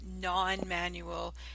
non-manual